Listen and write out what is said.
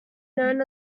known